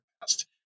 past